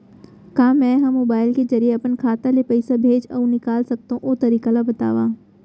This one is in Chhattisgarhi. का मै ह मोबाइल के जरिए अपन खाता ले पइसा भेज अऊ निकाल सकथों, ओ तरीका ला बतावव?